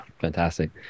fantastic